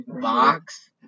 box